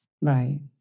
Right